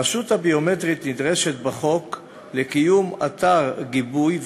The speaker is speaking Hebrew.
הרשות הביומטרית נדרשת בחוק לקיים אתר גיבוי,